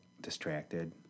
distracted